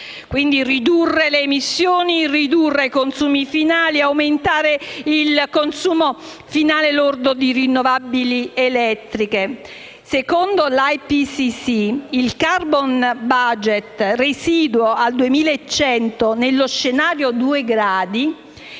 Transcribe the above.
Parigi: ridurre le emissioni, ridurre i consumi finali e aumentare il consumo finale lordo di rinnovabili elettriche. Secondo l'IPCC, il *carbon budget* residuo al 2100, nello scenario a 2 gradi,